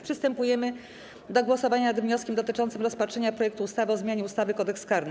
Przystępujemy do głosowania nad wnioskiem dotyczącym rozpatrzenia projektu ustawy o zmianie ustawy - Kodeks karny.